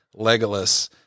Legolas